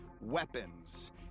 weapons